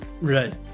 Right